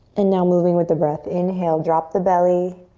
and now moving with the breath. inhale, drop the belly.